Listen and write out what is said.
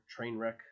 Trainwreck